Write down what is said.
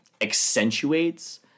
accentuates